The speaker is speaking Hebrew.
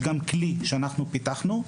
יש גם כלי שאנחנו פיתחנו,